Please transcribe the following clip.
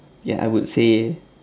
ya I would say